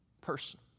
person